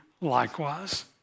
likewise